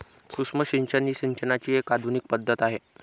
सूक्ष्म सिंचन ही सिंचनाची एक आधुनिक पद्धत आहे